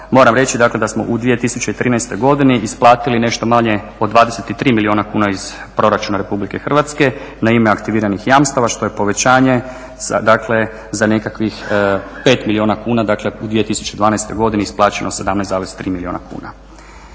Moram reći dakle da smo u 2013. godini isplatili nešto manje od 23 milijuna kuna iz proračuna Republike Hrvatske na ime aktiviranih jamstava što je povećanje dakle za nekakvih 5 milijuna kuna, dakle u 2012. godini isplaćeno 17,3 milijuna kuna.